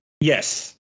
Yes